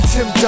Tim